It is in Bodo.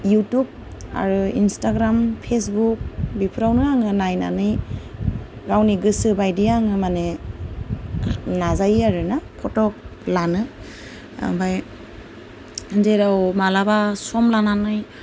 युटुब आरो इनस्टाग्राम फेसबुक बेफोरावनो आङो नायनानै गावनि गोसो बायदि आङो माने नाजायो आरो ना फट' लानो ओमफ्राय जेराव माब्लाबा सम लानानै